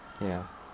ya